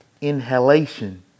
inhalation